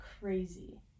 crazy